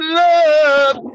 love